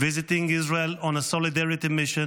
visiting Israel on a solidarity mission,